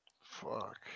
Fuck